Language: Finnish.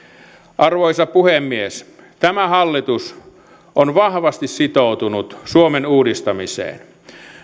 arvoisa puhemies tämä hallitus on vahvasti sitoutunut suomen uudistamiseen